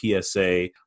PSA